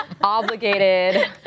obligated